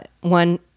one